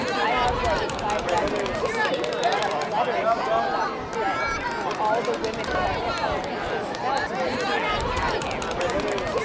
i have, like, five thousand pieces of paper of like letters and stuff that you know all the women in my book could speak for themselves because jackie had everything.